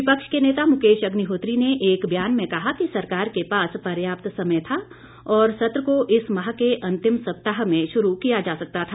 विपक्ष के नेता मुकेश अग्निहोत्री ने एक बयान में कहा कि सरकार के पास पर्याप्त समय था और सत्र को इस माह के अंतिम सप्ताह में शुरू किया जा सकता था